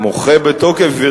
גברתי, אני מוחה בתוקף.